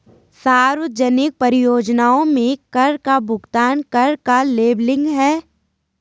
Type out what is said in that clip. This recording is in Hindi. सार्वजनिक परियोजनाओं में कर का भुगतान कर का लेबलिंग है